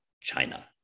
China